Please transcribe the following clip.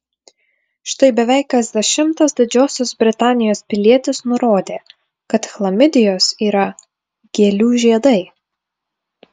štai beveik kas dešimtas didžiosios britanijos pilietis nurodė kad chlamidijos yra gėlių žiedai